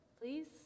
please